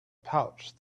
pouch